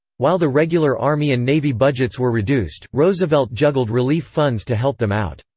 while the regular army and navy budgets were reduced, roosevelt juggled relief funds to help them out.